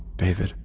david,